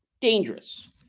dangerous